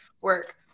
work